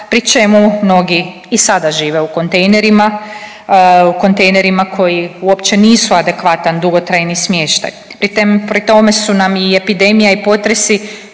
pri čemu mnogi i sada žive u kontejnerima, kontejnerima koji uopće nisu adekvatan dugotrajni smještaj. Pri tome su nam i epidemija i potresi